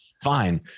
fine